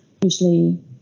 Usually